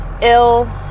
ill